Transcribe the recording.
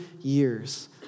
years